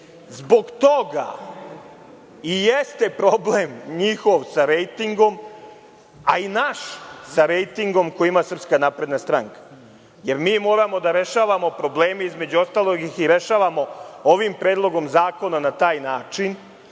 toga i jeste problem njihov sa rejtingom, a i naš sa rejtingom koji ima SNS. Mi moramo da rešavamo probleme, između ostalog ih i rešavamo ovim predlogom zakona na taj način,